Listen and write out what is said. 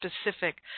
specific